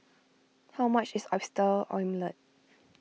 how much is Oyster Omelette